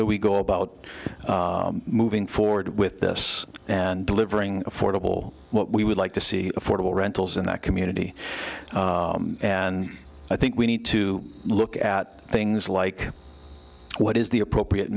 do we go about moving forward with this and delivering affordable what we would like to see affordable rentals in that community and i think we need to look at things like what is the appropriate